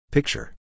Picture